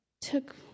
took